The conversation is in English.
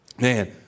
man